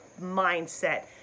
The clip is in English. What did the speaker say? mindset